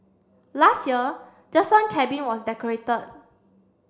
last year just one cabin was decorated